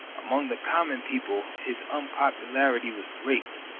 among the common people his unpopularity was great,